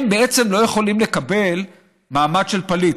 בעצם לא יכולים לקבל מעמד של פליט,